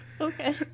okay